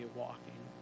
walking